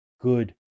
good